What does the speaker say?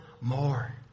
more